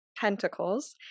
Pentacles